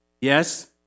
Yes